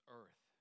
earth